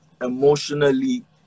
emotionally